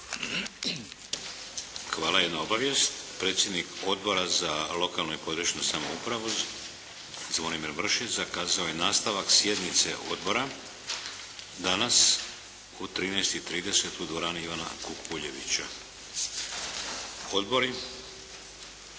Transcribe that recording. Hvala. Jedna obavijest. Predsjednik Odbora za lokalnu i područnu samoupravu Zvonimir Mršić zakazao je nastavak sjednice Odbora danas u 13,30 u dvorani "Ivana Kukuljevića". Odbori?